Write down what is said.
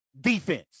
defense